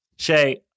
Shay